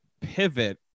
pivot